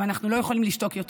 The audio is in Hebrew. ואנחנו לא יכולים לשתוק יותר.